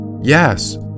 Yes